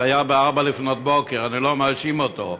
זה היה ב-04:00, לפנות בוקר, אני לא מאשים אותו,